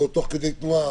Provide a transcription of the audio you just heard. בוא תוך כדי תנועה.